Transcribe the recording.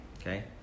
okay